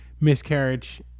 miscarriage